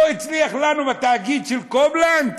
לא הצליח לנו בתאגיד של קובלנץ?